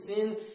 sin